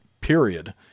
period